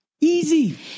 Easy